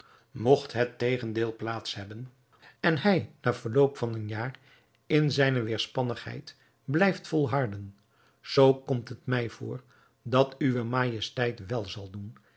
mogt het tegendeel plaats hebben en hij na verloop van een jaar in zijne weêrspannigheid blijven volharden zoo komt het mij voor dat uwe majesteit wel zal doen